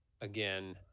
again